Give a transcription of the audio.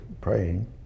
praying